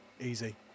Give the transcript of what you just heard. easy